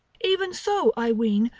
even so, i ween,